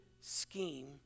scheme